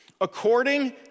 according